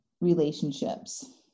relationships